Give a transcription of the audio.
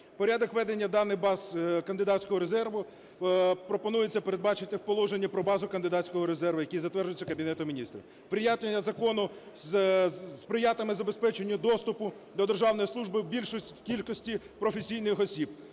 Порядок ведення даних баз кандидатського резерву пропонується передбачити в положенні про базу кандидатського резерву, який затверджується Кабінетом Міністрів. Прийняття закону сприятиме забезпеченню доступу до державної служби більшої кількості професійних осіб.